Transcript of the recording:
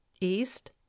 East